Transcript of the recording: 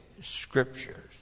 scriptures